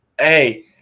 hey